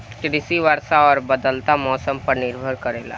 कृषि वर्षा और बदलत मौसम पर निर्भर करेला